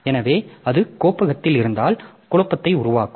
எனவே அதே கோப்பகத்தில் இருந்தால் குழப்பத்தை உருவாக்கும்